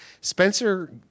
Spencer